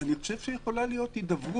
אני חושב שיכולה להיות הידברות